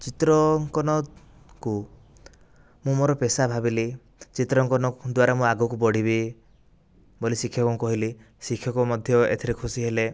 ଚିତ୍ର ଅଙ୍କନ କୁ ମୁଁ ମୋର ପେସା ଭାବିଲି ଚିତ୍ର ଅଙ୍କନ ଦ୍ୱାରା ମୁଁ ଆଗକୁ ବଢ଼ିବି ବୋଲି ଶିକ୍ଷକଙ୍କୁ କହିଲି ଶିକ୍ଷକ ମଧ୍ୟ ଏଥିରେ ଖୁସି ହେଲେ